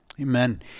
Amen